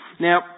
Now